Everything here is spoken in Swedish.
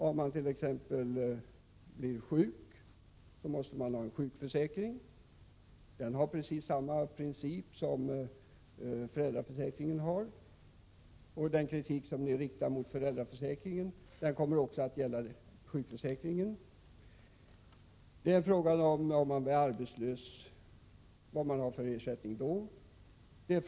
När man t.ex. blir sjuk behöver man en sjukförsäkring, och sjukförsäkringen bygger på samma princip som föräldraförsäkringen. Den kritik ni riktar mot föräldraförsäkringen kommer också att gälla sjukförsäkringen. Man är också beroende av den ersättning som man får när man blir arbetslös.